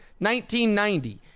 1990